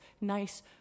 nice